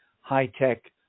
high-tech